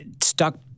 stuck